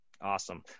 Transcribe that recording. Awesome